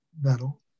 metal